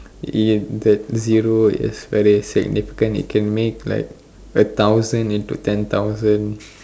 uh yes zero is very significant it can make like a thousand into ten thousand